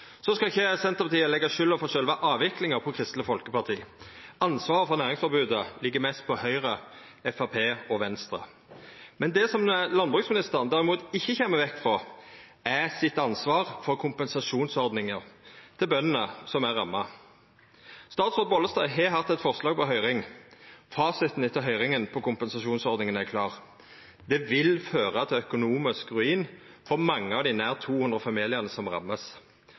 Senterpartiet skal ikkje leggja skulda for sjølve avviklinga på Kristeleg Folkeparti. Ansvaret for næringsforbodet ligg mest på Høgre, Framstegspartiet og Venstre. Det landbruksministeren derimot ikkje kjem vekk frå, er ansvaret for kompensasjonsordninga til bøndene som har vorte ramma. Statsråd Vervik Bollestad har hatt eit forslag på høyring. Fasiten etter høyringa om kompensasjonsordninga er klar: Ordninga vil føra til økonomisk ruin for mange av dei nær 200 familiane som